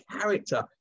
character